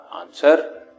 answer